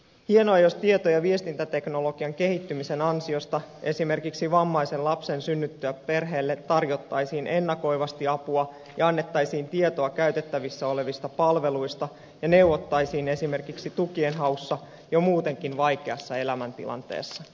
hienoa jos tieto ja viestintäteknologian kehittymisen ansiosta esimerkiksi vammaisen lapsen synnyttyä perheelle tarjottaisiin ennakoivasti apua ja annettaisiin tietoa käytettävissä olevista palveluista ja neuvottaisiin esimerkiksi tukien haussa jo muutenkin vaikeassa elämäntilanteessa